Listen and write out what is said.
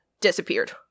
disappeared